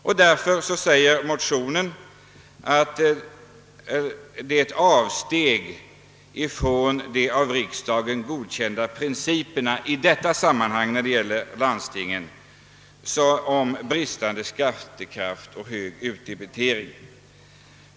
Såsom anföres i motionerna innebär detta ett avsteg från de av riksdagen godkända principerna om bristande skattekraft och hög utdebitering.